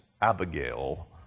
Abigail